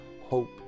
hope